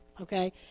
okay